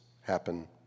happen